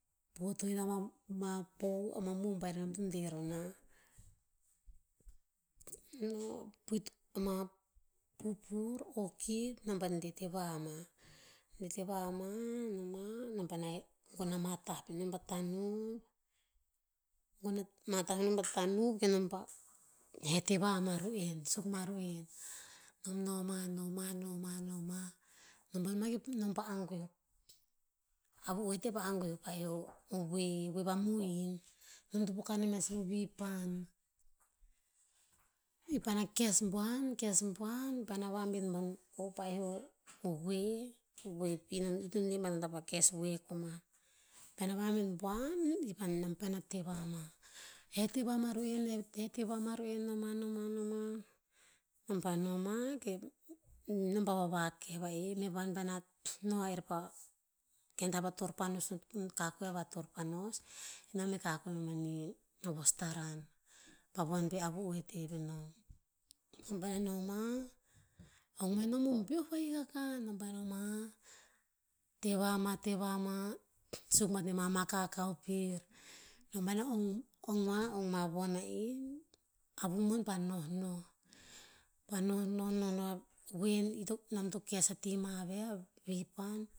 Poto ina mah- mah poh, ama mobile e nom to deh ro nah. No puit ama pupur, orchid nom pah deh teva ama. Deh teva ama, noma, nom paena gon ama tah peh nom pa tanu, gon ama tah peh nom pah tanuv keh nom pah he teva ama ru'en, suk mah ru'en. Nom noma, noma, noma, noma, nom pah agoeh. Avu oete pah agoeh o paeoh o, o voe, voe vah mohin. Nom to poka nem ya sih o vipan. I paena kes buan, kes buan paena vabet buan po paeoh o hoe, o hoe pi nom i to deh bat o nona pah kes voe koman. Paena vabet buan, i pah nom paena teva mah. He teva mah ru'en- he teva mah ru'en noma, noma, noma, nom pah noma, ke nom pah vavakeh va i, meh van paena noh a er pah, ken tah va torpanos kakoeh ava torpanos, nom e kakoe ama manih a vostaran, pah von peh avu oeteh peh nom. Nom pa'eh noma, ong mah nom he o beoh vahik akah, nom pah noma, teva mah, teva mah, suk bat nemah mah kakao pir. Nom paena ong mah, ong mah von a'i, avu mon pa nohnoh. Pah nohnoh, nohnoh a voe i to, nom to kes ati mah veh, a vipan.